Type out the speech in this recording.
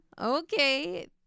Okay